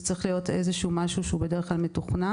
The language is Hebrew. זה צריך להיות משהו בדרך כלל מתוכנן.